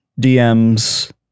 DMs